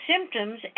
symptoms